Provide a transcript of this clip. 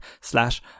slash